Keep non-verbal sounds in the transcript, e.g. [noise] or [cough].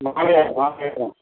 [unintelligible] நான் கேட்குறேன்